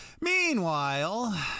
Meanwhile